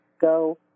go